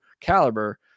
caliber